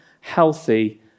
healthy